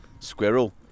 Squirrel